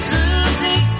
Susie